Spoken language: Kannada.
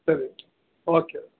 ಸರಿ ಓಕೆ